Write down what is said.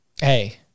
Hey